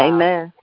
Amen